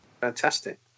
Fantastic